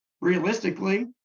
realistically